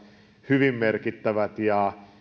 hyvin merkittävät ja